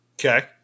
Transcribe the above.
Okay